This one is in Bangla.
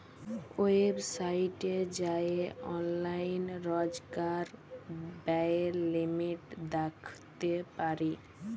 ওয়েবসাইটে যাঁয়ে অললাইল রজকার ব্যয়ের লিমিট দ্যাখতে পারি